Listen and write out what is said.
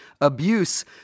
abuse